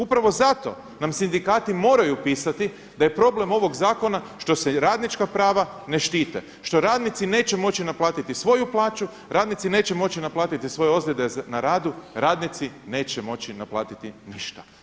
Upravo zato nam sindikati moraju pisati da je problem ovog zakona što se radnička prava ne štite, što radnici neće moći naplatiti svoju plaću, radnici neće moći naplatiti svoje ozljede na radu, radnici neće moći naplatiti ništa.